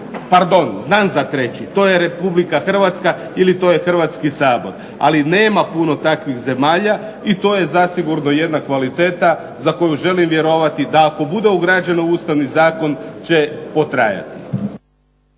Pardon, znam za treći. To je RH ili to je Hrvatski sabor, ali nema puno takvih zemalja i to je zasigurno jedna kvaliteta za koju želim vjerovati da ako bude ugrađeno u Ustavni zakon će potrajati.